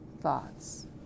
thoughts